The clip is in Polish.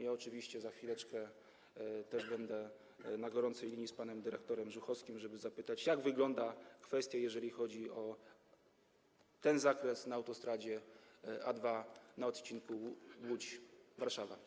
Ja oczywiście za chwileczkę też będę na gorącej linii z panem dyrektorem Żuchowskim, żeby zapytać, jak wygląda kwestia, jeżeli chodzi o ten zakres na autostradzie A2 na odcinku Łódź - Warszawa.